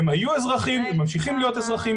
הם היו אזרחים, הם ממשיכים להיות אזרחים.